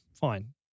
Fine